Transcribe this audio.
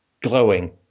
glowing